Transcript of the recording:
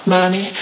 Money